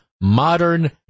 modern